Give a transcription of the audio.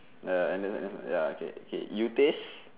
uh Andes Andes ya okay okay you taste